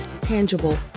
tangible